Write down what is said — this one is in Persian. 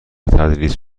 تدریس